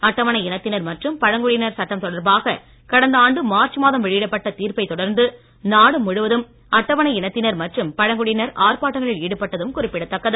அட்டவணை இனத்தினர் மற்றும் பழங்குடியினர் சட்டம் தொடர்பாக கடந்த ஆண்டு மார்ச் மாதம் வெளியிடப்பட்ட தீர்ப்பைத் தொடர்ந்து நாடு முழுவதும் அட்டவணை இனத்தினர் மற்றும் பழங்குடியினர் ஆர்ப்பாட்டங்களில் ஈடுபட்டதும் குறிப்பிடத்தக்கது